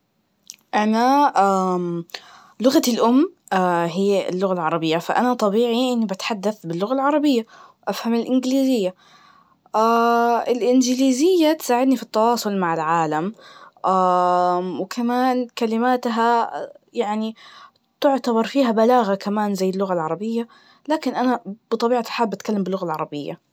أنا لغتي الأم هي اللغة العربية, فأنا طبيعي إني بتحدث باللغة العربية, أفهم الإنجليزية, الإنجليزية تساعدني في التواصل مع العالم, وكمان كلماتها يعني تعتبرفيها بلاغة كمان زي اللغة العربية, لكن أنا بطبيعة الحال بتكلم باللغة العربية.